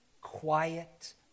quiet